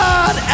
God